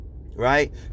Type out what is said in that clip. right